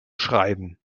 schreiben